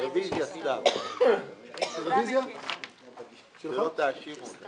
אין פניות מספר 204 עד 205 נתקבלו.